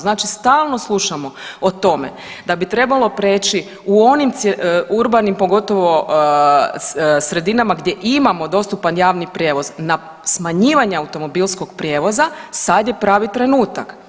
Znači stalno slušamo o tome da bi trebalo prijeći u onim urbanim, pogotovo sredinama gdje imamo dostupan javni prijevoz na smanjivanje automobilskog prijevoza sad je pravi trenutak.